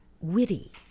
witty